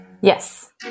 Yes